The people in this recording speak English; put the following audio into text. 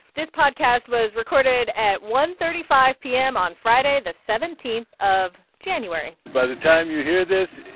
this podcast was recorded at one thirty five p m. on friday, the seventeenth of january by the time you hear this,